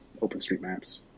OpenStreetMaps